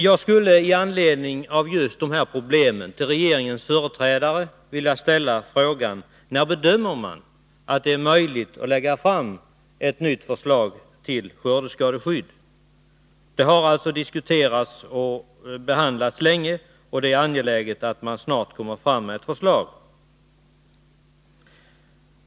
Jag skulle i anledning av just detta problem till regeringens företrädare vilja ställa frågan: När bedömer regeringen det vara möjligt att lägga fram ett nytt förslag till skördeskadeskydd? Ett sådant förslag har diskuterats länge, och det är angeläget att ett förslag snart framläggs.